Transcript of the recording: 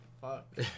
fuck